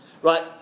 Right